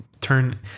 turn